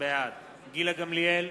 נגד אורי אריאל,